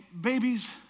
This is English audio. Babies